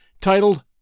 titled